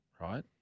right